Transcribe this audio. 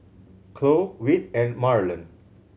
Khloe Whit and Marland